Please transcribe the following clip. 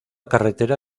carretera